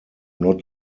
not